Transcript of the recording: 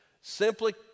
simply